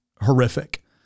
horrific